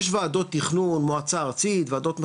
יש ועדות תכנון, מועצה ארצית, ועדות מחוזיות,